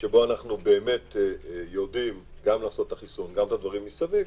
שבו אנחנו יודעים לעשות את החיסון וגם את הדברים מסביב,